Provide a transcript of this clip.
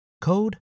code